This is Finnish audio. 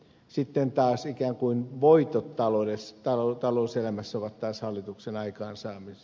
sitten taas ikään kuin voitot talouselämässä ovat hallituksen aikaansaamia